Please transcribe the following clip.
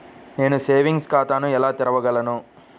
నేను సేవింగ్స్ ఖాతాను ఎలా తెరవగలను?